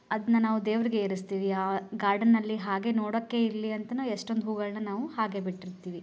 ಅದನ್ನ ನಾವು ದೇವರಿಗೆ ಇರಿಸ್ತೀವಿ ಆ ಗಾರ್ಡನ್ ಅಲ್ಲಿ ಹಾಗೆ ನೋಡೋಕ್ಕೆ ಇರಲಿ ಅಂತಲೂ ಎಷ್ಟೊಂದು ಹೂಗಳನ್ನ ನಾವು ಹಾಗೆ ಬಿಟ್ಟಿರ್ತೀವಿ